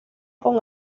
con